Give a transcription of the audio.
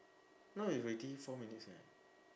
now it's already four minutes eh